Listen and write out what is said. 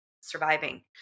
surviving